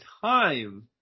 time